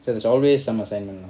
so there's always some assignment ah